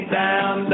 down